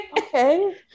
okay